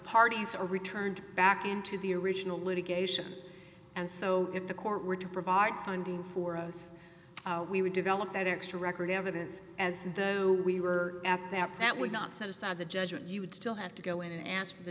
parties are returned back into the original litigation and so if the court were to provide funding for us we would develop that extra record evidence as though we were at that that would not set aside the judgment you would still have to go in and